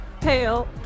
pale